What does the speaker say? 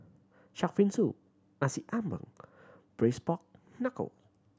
shark fin soup Nasi Ambeng Braised Pork Knuckle